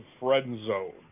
Friendzone